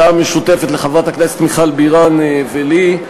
הצעה משותפת לחברת הכנסת מיכל בירן ולי.